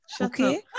okay